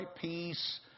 peace